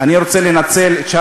תמכנו גם בחוק של חברת הכנסת לבני.